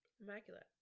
immaculate